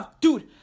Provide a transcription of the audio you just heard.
Dude